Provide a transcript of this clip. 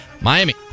Miami